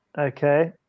okay